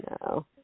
No